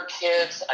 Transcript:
kids